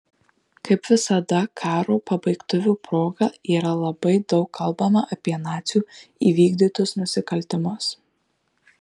kaip visada karo pabaigtuvių proga yra labai daug kalbama apie nacių įvykdytus nusikaltimus